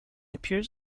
appears